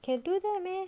can do that meh